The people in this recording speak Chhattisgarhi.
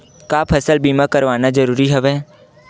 का फसल बीमा करवाना ज़रूरी हवय?